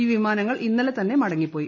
ഈ വിമാനങ്ങൾ ഇന്നലെതന്നെ മടങ്ങിപ്പോയി